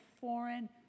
foreign